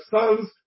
sons